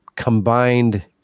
Combined